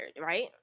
right